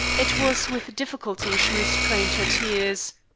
it was with difficulty she restrained her tears.